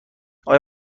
آیا